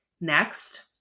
Next